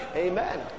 Amen